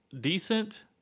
decent